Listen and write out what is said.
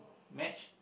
match